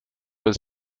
was